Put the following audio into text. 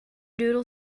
doodle